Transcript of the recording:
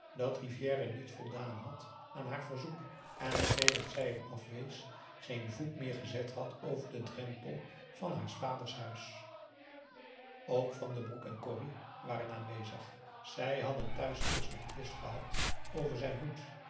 dat rivière niet voldaan had aan haar verzoek en sedert zij hem afwees geen voet meer gezet had over den drempel van haars vaders huis ook van den broek en corrie waren aanwezig zij hadden thuis eerst nog twist gehad over zijn hoed